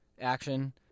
action